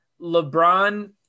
LeBron